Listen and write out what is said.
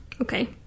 Okay